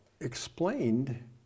explained